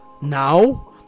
now